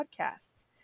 podcasts